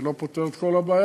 זה לא פותר את כל הבעיה,